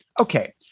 okay